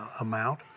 amount